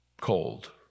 cold